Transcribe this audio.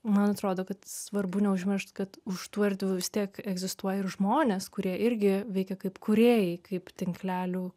man atrodo kad svarbu neužmiršt kad už tų erdvių vis tiek egzistuoja ir žmonės kurie irgi veikia kaip kūrėjai kaip tinklelių